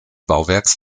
bauwerks